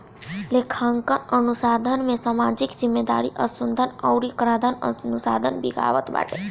लेखांकन अनुसंधान में सामाजिक जिम्मेदारी अनुसन्धा अउरी कराधान अनुसंधान भी आवत बाटे